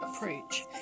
approach